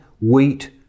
wheat